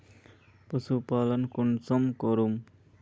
पशुपालन कुंसम करूम?